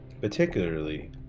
particularly